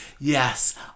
Yes